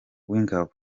w’ingabo